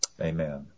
Amen